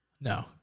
No